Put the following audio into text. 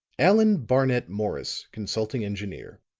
allan barnett morris, consulting engineer.